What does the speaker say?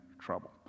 trouble